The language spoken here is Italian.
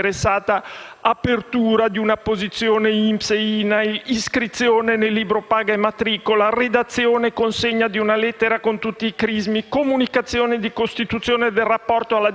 apertura di una posizione INPS e INAIL, iscrizione nel libro paga e matricola, redazione e consegna di una lettera con tutti i crismi, comunicazione di costituzione del rapporto alla Direzione